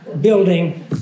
building